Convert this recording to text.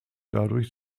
dadurch